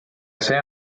see